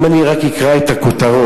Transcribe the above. אם אני רק אקרא את הכותרות,